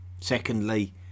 Secondly